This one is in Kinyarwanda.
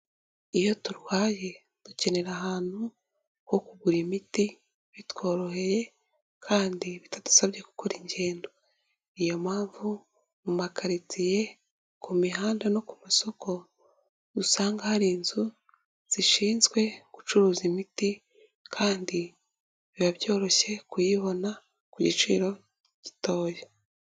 Iyo turwaye dukenera ahantu ho kugura imiti bitworoheye kandi bitadusabye gukora ingendo. iyo mpamvu mu makaritsiye, ku mihanda no ku masoko, usanga hari inzu zishinzwe gucuruza imiti kandi biba byoroshye kuyibona ku giciro gitoya.